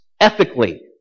Ethically